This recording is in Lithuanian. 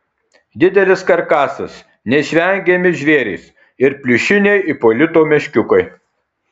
didelis karkasas neišvengiami žvėrys ir pliušiniai ipolito meškiukai